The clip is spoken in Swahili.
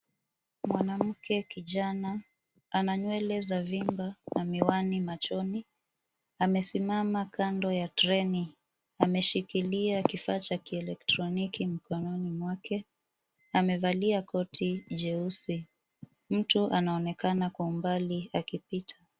Mwanamke kijana ana nywele za vimba na miwani machoni. Amesimama kando ya treni. Ameshikilia kifaa cha kielektroniki mkononi mwake. Amevalia koti jeusi. Mtu anaonekana kwa umbali akipita.